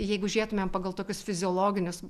jeigu žiūrėtumėm pagal tokius fiziologinius